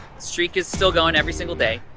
streak is still going every single day.